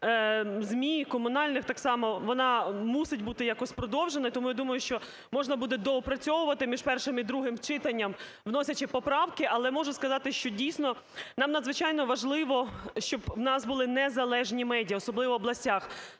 ЗМІ, і комунальних так само, вона мусить бути якось продовжена. І тому я думаю, що можна буде доопрацьовувати, між першим і другим читанням вносячи поправки. Але можу сказати, що, дійсно, нам надзвичайно важливо, щоб в нас були незалежні медіа, особливо в областях.